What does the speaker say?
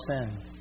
sin